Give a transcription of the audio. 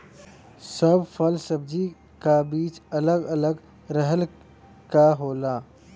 सब फल सब्जी क बीज अलग अलग तरह क होला